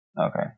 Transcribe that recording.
Okay